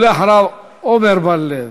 אחריו, עמר בר-לב.